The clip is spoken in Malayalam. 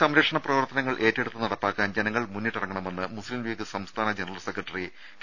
ദേദ പരിസ്ഥിതി സംരക്ഷണ പ്രവർത്തനങ്ങൾ ഏറ്റെടുത്ത് നടപ്പാക്കാൻ ജനങ്ങൾ മുന്നിട്ടിറങ്ങണമെന്ന് മുസ്ലീം ലീഗ് സംസ്ഥാന ജനറൽ സെക്രട്ടറി കെ